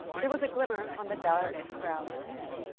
there was a glimmer on the dark ground ahead.